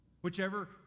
Whichever